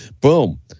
Boom